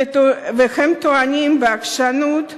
והם טוענים בעקשנות מטופשת,